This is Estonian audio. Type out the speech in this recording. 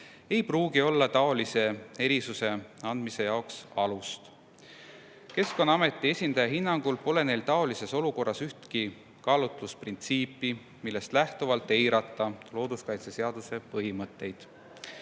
ei pruugi olla taolise erisuse andmise jaoks alust. Keskkonnaameti esindaja hinnangul pole neil taolises olukorras ühtki kaalutlusprintsiipi, millest lähtuvalt eirata looduskaitseseaduse põhimõtteid.